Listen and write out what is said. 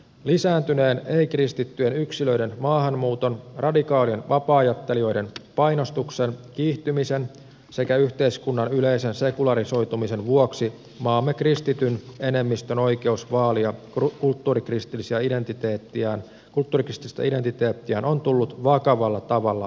lisääntyneen ei kristittyjen yksilöiden maahanmuuton radikaalien vapaa ajattelijoiden painostuksen kiihtymisen sekä yhteiskunnan yleisen sekularisoitumisen vuoksi maamme kristityn enemmistön oikeus vaalia kulttuurikristillistä identiteettiään on tullut vakavalla tavalla uhatuksi